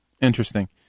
Interesting